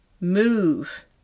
move